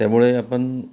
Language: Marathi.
त्यामुळे आपण